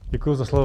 Děkuji za slovo.